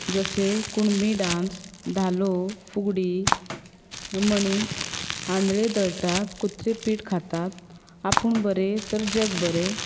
जशें कुणबी डान्स धालो फुगडी म्हणी आंदळे दळटात कुत्रे पीठ खातात आपूण बरें तर जग बरें